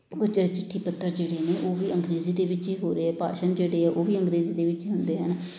ਉਹ ਚਾਹੇ ਚਿੱਠੀ ਪੱਤਰ ਜਿਹੜੇ ਨੇ ਉਹ ਵੀ ਅੰਗਰੇਜ਼ੀ ਦੇ ਵਿੱਚ ਹੀ ਹੋ ਰਹੇ ਹੈ ਭਾਸ਼ਣ ਜਿਹੜੇ ਹੈ ਉਹ ਵੀ ਅੰਗਰੇਜ਼ੀ ਦੇ ਵਿੱਚ ਹੀ ਹੁੰਦੇ ਹਨ